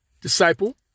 disciple